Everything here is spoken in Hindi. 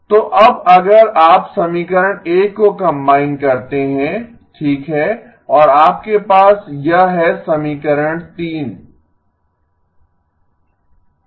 तो अब अगर आप समीकरण 1 को कंबाइन करते हैं ठीक है और आपके पास यह है समीकरण 3